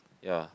ya